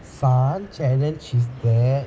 sun challenges his dad